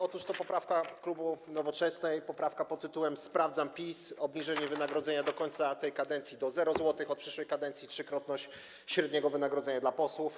Otóż to poprawka klubu Nowoczesnej pt. „Sprawdzam PiS”: obniżenie wynagrodzenia do końca tej kadencji do 0 zł, a od przyszłej kadencji - trzykrotność średniego wynagrodzenia dla posłów.